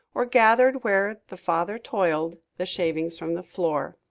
or gathered, where the father toiled, the shavings from the floor.